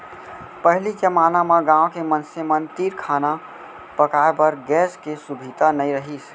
पहिली जमाना म गॉँव के मनसे मन तीर खाना पकाए बर गैस के सुभीता नइ रहिस